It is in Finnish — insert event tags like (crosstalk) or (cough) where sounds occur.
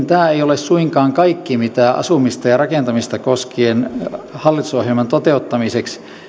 (unintelligible) tämä ei ole suinkaan kaikki mitä asumista ja ja rakentamista koskien hallitusohjelman toteuttamiseksi